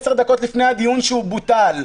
10 דקות לפני הדיון שהדיון בוטל.